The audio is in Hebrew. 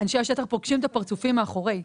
אנשי השטח פוגשים את הפרצופים מאחורי זה.